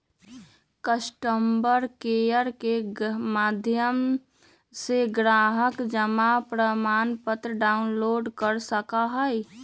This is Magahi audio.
कस्टमर केयर के माध्यम से ग्राहक जमा प्रमाणपत्र डाउनलोड कर सका हई